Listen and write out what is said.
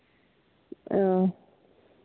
ᱚ